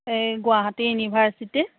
এই গুৱাহাটী ইউনিভাৰ্চিটিত